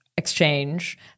Exchange